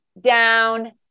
down